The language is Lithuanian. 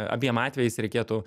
abiem atvejais reikėtų